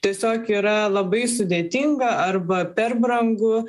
tiesiog yra labai sudėtinga arba per brangu